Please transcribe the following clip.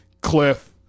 Cliff